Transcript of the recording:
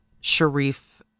Sharif